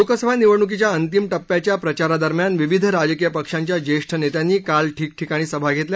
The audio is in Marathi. लोकसभा निवडणूकीच्या अंतिम टप्प्याच्या प्रचारादरम्यान विविध राजकीय पक्षांच्या ज्येष्ठ नेत्यांनी काल ठिकठिकाणी सभा घेतल्या